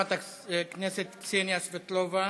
חברת הכנסת קסניה סבטלובה.